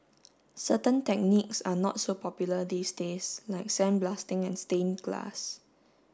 certain techniques are not so popular these days like sandblasting and stained glass